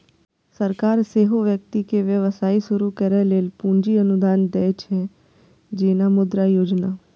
सरकार सेहो व्यक्ति कें व्यवसाय शुरू करै लेल पूंजी अनुदान दै छै, जेना मुद्रा योजना